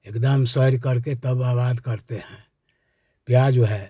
एकदम सैर करके तब आबाद करते हैं प्याज़ जो है